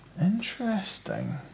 Interesting